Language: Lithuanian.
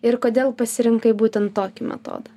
ir kodėl pasirinkai būtent tokį metodą